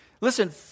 Listen